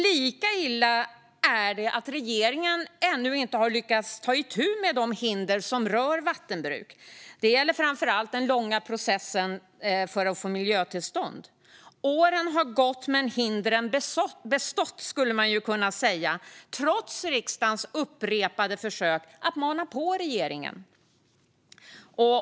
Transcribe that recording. Lika illa är det att regeringen ännu inte har lyckats ta itu med de hinder som rör vattenbruk. Det gäller framför allt den långa processen för att få miljötillstånd. Åren har gått men hindren bestått, skulle man kunna säga - trots riksdagens upprepade försök att mana på regeringen.